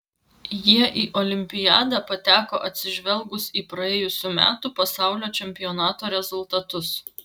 jie į olimpiadą pateko atsižvelgus į praėjusių metų pasaulio čempionato rezultatus